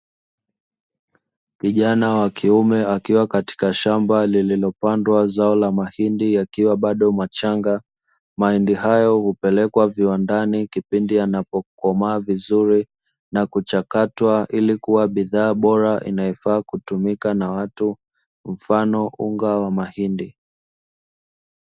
Kijana wa kiume akiwa katika shamba lililopandwa zao la mahindi yakiwa bado machanga. Mahindi hayo hupelekwa viwandani kipindi anapokomaa vizuri na kuchakatwa ili kuwa bidhaa bora inayofaa kutumika na watu mfano unga wa mahindi.